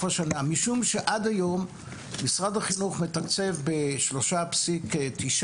השנה וזאת משום שעד היום משרד החינוך מתקצב ב-3.9 מיליון ₪,